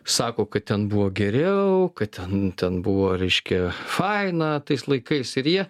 sako kad ten buvo geriau kad ten ten buvo reiškia faina tais laikais ir jie